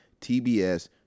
tbs